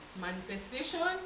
Manifestation